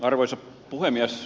arvoisa puhemies